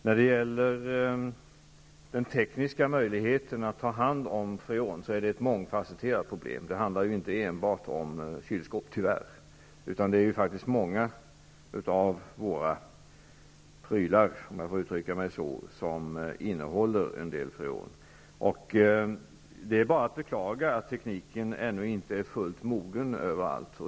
När det gäller den tekniska möjligheten att ta hand om freon är det ett mångfasetterat problem. Det handlar tyvärr inte enbart om kylskåp, utan det är många av våra ''prylar'', om jag får uttrycka mig så, som innehåller en del freon. Det är bara att beklaga att tekniken ännu inte är fullt mogen överallt.